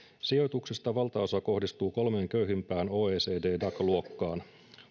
sijoituksista valtaosa kohdistuu kolmeen köyhimpään oecd dac luokkaan